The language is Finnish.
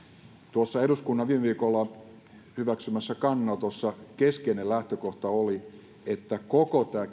tuossa eduskunnan viime viikolla hyväksymässä kannanotossa keskeinen lähtökohta oli että koko tämä